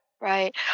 Right